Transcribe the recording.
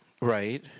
Right